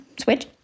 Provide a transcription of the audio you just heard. switch